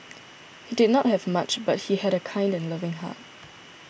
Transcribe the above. he did not have much but he had a kind and loving heart